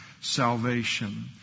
salvation